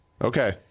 Okay